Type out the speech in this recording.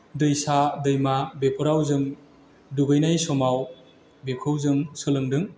दैसा दैमा बेफोराव जों दुगैनाय समाव बेखौ जों सोलोंदों